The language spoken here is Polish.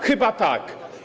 Chyba tak.